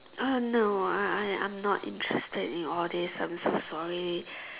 uh no I I I'm not interested in all these I'm so sorry